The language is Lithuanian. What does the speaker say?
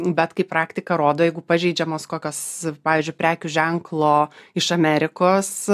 bet kaip praktika rodo jeigu pažeidžiamos kokios pavyzdžiui prekių ženklo iš amerikos